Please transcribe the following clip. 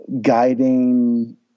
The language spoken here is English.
guiding